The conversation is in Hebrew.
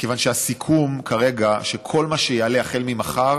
כיוון שהסיכום כרגע זה שכל מה שיעלה החל ממחר,